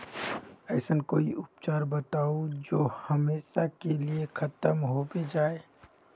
ऐसन कोई उपचार बताऊं जो हमेशा के लिए खत्म होबे जाए?